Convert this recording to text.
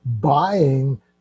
buying